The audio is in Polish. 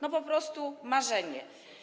No po prostu marzenie.